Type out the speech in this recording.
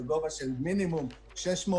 בגובה של מינימום 600,